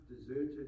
deserted